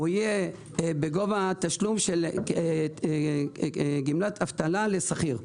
יהיה בגובה התשלום של גמלת אבטלה לשכיר,